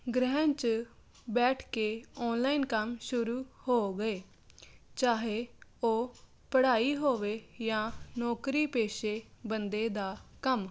ਗਰੈਂਹ 'ਚ ਬੈਠ ਕੇ ਆਨਲਾਈਨ ਕੰਮ ਸ਼ੁਰੂ ਹੋ ਗਏ ਚਾਹੇ ਉਹ ਪੜ੍ਹਾਈ ਹੋਵੇ ਜਾਂ ਨੌਕਰੀ ਪੇਸ਼ੇ ਬੰਦੇ ਦਾ ਕੰਮ